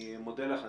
אני מודה לך.